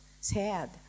sad